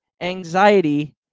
anxiety